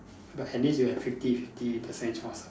but at least you have fifty fifty percent chance ah